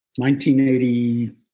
1980